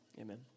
amen